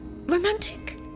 romantic